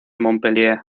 montpellier